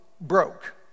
broke